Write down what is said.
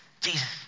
Jesus